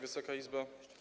Wysoka Izbo!